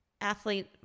athlete